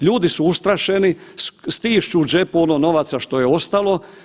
Ljudi su ustrašeni, stišću u džepu ono novaca što je ostalo.